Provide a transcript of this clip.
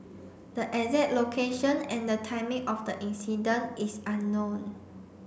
the exact location and the timing of the incident is unknown